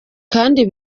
kandi